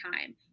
time